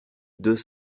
deux